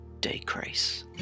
decrease